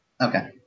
Okay